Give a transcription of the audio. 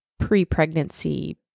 pre-pregnancy